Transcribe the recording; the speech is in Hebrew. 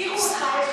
הזכירו אותך.